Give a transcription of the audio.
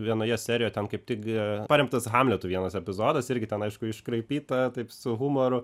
vienoje serijoje tam kaip tik paremtas hamletu vienas epizodas irgi ten aišku iškraipyta taip su humoru